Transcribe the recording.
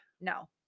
No